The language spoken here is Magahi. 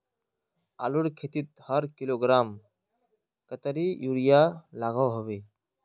आलूर खेतीत हर किलोग्राम कतेरी यूरिया लागोहो होबे?